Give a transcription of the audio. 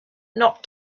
not